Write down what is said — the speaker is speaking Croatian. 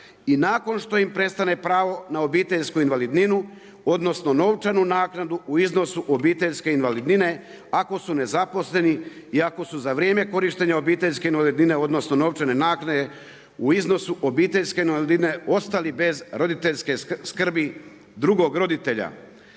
i nakon što im prestane pravo na obitelju invalidninu odnosno novčanu naknadu u iznosu obiteljske invalidnine ako su nezaposleni i ako su za vrijeme korištenja obiteljske invalidnine odnosno novčane naknade u iznosu obiteljske invalidnine ostali bez roditeljske skrbi drugog roditelja